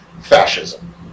fascism